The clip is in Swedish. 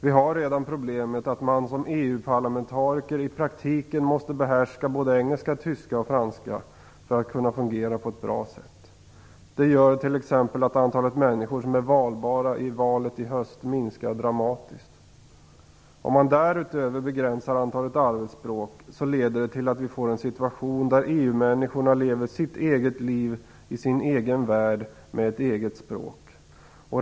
Vi har redan problemet att man som EU parlamentariker i praktiken måste behärska både engelska, tyska och franska för att kunna fungera på ett bra sätt. Det gör att antalet människor som är valbara i valet i höst minskar dramatiskt. Om man därutöver beränsar antalet arbetsspråk så leder det till att vi får en situation där EU-människorna lever sitt eget liv i sin egen värld med ett eget språk.